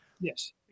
Yes